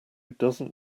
doesn’t